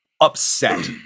upset